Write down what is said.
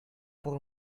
por